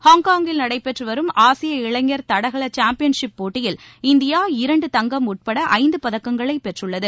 ஹாங்காங்கில் நடைபெற்று வரும் ஆசிய இளைஞர் தடகள சாம்பியன்ஷிப் போட்டியில் இந்தியா இரண்டு தங்கம் உட்பட ஐந்து பதக்கங்களை பெற்றுள்ளது